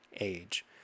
age